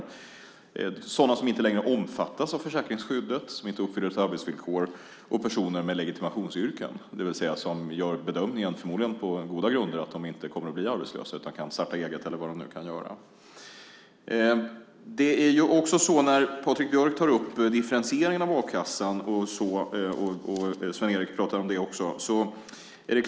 Det gäller också sådana som inte längre omfattas av försäkringsskyddet och som inte uppfyller arbetsvillkoret samt personer med legitimationsyrken - det vill säga personer som, förmodligen på goda grunder, bedömer att de inte kommer att bli arbetslösa utan kan starta eget eller vad de nu kan komma att göra. Patrik Björck tar upp frågan om differentieringen beträffande a-kassan. Sven-Erik pratar också om det.